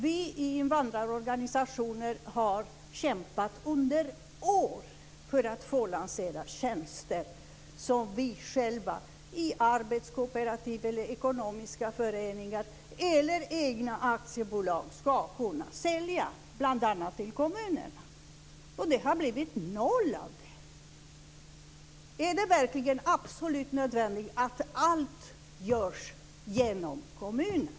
Vi i invandrarorganisationerna har kämpat under år för att få lansera tjänster som vi själva i arbetskooperativ, ekonomiska föreningar eller egna aktiebolag ska kunna sälja bl.a. till kommunerna. Det har inte blivit någonting av det. Är det verkligen absolut nödvändigt att allt görs genom kommunen?